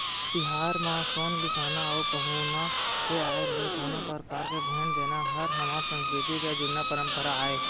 तिहार म सोन बिसाना अउ पहुना के आय ले कोनो परकार के भेंट देना हर हमर संस्कृति के जुन्ना परपंरा आय